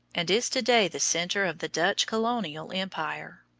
and is to-day the centre of the dutch colonial empire.